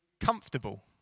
comfortable